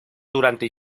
durante